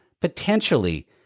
Potentially